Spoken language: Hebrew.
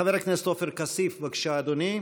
חבר הכנסת עופר כסיף, בבקשה, אדוני.